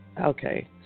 Okay